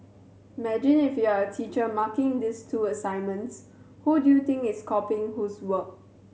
imagine if you are teacher marking these two assignments who do you think is copying whose work